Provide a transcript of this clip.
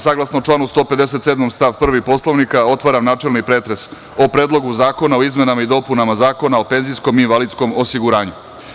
Saglasno članu 157. stav 1. Poslovnika, otvaram načelni pretres o Predlogu zakona o izmenama i dopunama Zakona o penzijskom i invalidskom osiguranju.